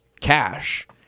cash